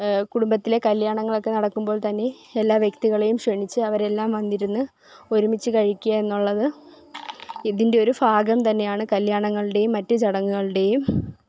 കുടുംബത്തിലെ കല്യാണങ്ങൾ ഒക്കെ നടക്കുമ്പോൾ തന്നെ എല്ലാ വ്യക്തികളേയും ക്ഷണിച്ച് അവരെ എല്ലാം വന്നിരുന്ന് ഒരുമിച്ച് കഴിക്കുക എന്നുള്ളത് ഇതിൻ്റെ ഒരു ഭാഗം തന്നെയാണ് കല്യാണങ്ങളുടെയും മറ്റു ചടങ്ങുകളുടെയും